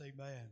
Amen